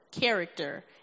character